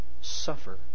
suffer